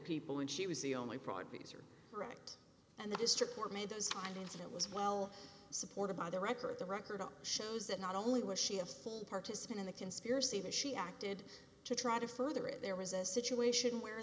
people and she was the only products are correct and the district court made those findings and it was well supported by the record the record shows that not only was she a full participant in the conspiracy that she acted to try to further it there was a situation where